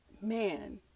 Man